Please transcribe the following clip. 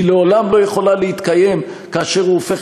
היא לעולם לא יכולה להתקיים כאשר זה הופך